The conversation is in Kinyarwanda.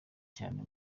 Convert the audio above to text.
cyane